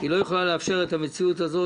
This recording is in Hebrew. היא לא יכולה לאפשר את המציאות הזאת